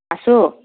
আছোঁ